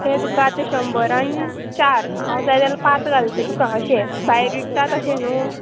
तें तुका आतां शंबरान चार हांव जाय जाल्यार पांच घालता तुका अशें भायर विकता तशें न्हू